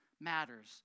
matters